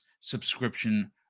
subscription